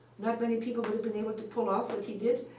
not many people would've been able to pull off what he did.